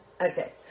Okay